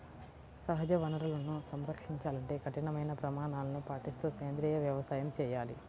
సహజ వనరులను సంరక్షించాలంటే కఠినమైన ప్రమాణాలను పాటిస్తూ సేంద్రీయ వ్యవసాయం చేయాలి